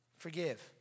Forgive